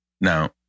Now